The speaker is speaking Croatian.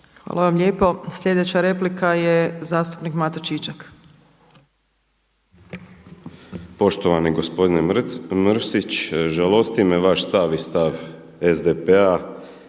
Hvala vam lijepo. Sljedeća replika je zastupnik Mato Čičak. **Čičak, Mato (HDZ)** Poštovani gospodine Mrsić, žalosti me vaš stav SDP-a.